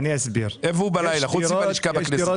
איפה הוא בלילה, חוץ מהלשכה בכנסת?